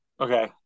Okay